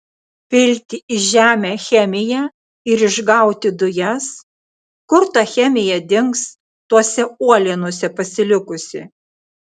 pilti į žemę chemiją ir išgauti dujas kur ta chemija dings tose uolienose pasilikusi